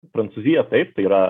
prancūzija taip tai yra